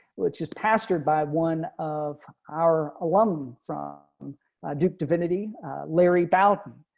which is password by one of our alum from duke divinity larry bout and